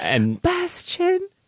Bastion